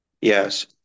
yes